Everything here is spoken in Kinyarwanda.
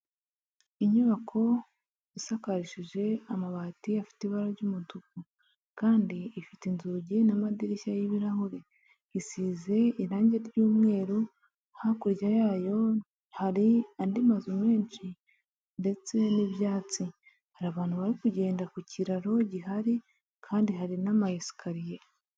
Inyubako isakashije amabati afite ibara ry'umutuku kandi ifite inzugi n'amadirishya y'ibirahure, isize irangi ry'umweru, hakurya yayo hari andi mazu menshi ndetse n'ibyatsi hari abantu bari kugenda ku kiraro gihari kandi hari n'ama esikariye.